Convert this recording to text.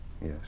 Yes